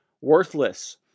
worthless